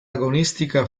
agonistica